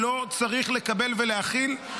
שלא צריך לקבל ולהכיל,